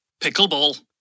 Pickleball